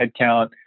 headcount